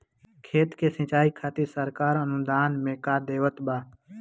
खेत के सिचाई खातिर सरकार अनुदान में का देत बा?